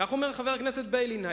כך אומר חבר הכנסת ביילין,